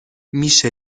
میشه